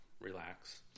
relax